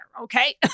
Okay